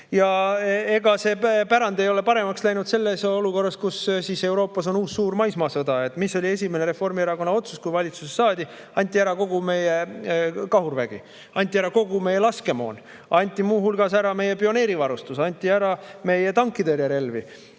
Ja ega see pärand ei ole paremaks läinud selles olukorras, kus Euroopas on uus suur maismaasõda. Mis oli esimene Reformierakonna otsus, kui valitsusse saadi? Anti ära kogu meie kahurvägi, anti ära kogu meie laskemoon, anti muu hulgas ära meie pioneerivarustus, anti ära meie tankitõrjerelvi.